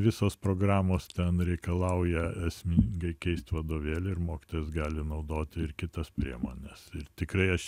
visos programos ten reikalauja esmingai keist vadovėlį ir mokytojas gali naudoti ir kitas priemones ir tikrai aš